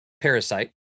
parasite